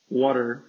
water